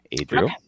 Adriel